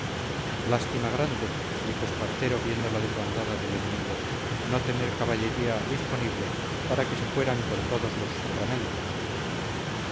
lástima grande dijo espartero viendo la desbandada del enemigo no tener caballería disponible para que se fueran con todos los sacramentos